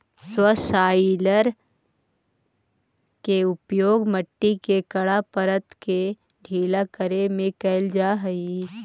subsoiler के उपयोग मट्टी के कड़ा परत के ढीला करे में कैल जा हई